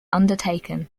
undertaken